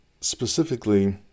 Specifically